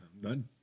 done